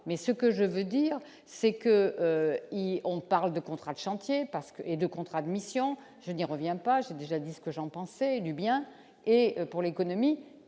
mais ce que je veux dire c'est que ici on parle de contrat de chantier parce que et de contrats de mission, je n'y reviens pas, j'ai déjà dit ce que j'en pensais du bien et pour l'économie